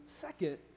Second